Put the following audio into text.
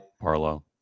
Barlow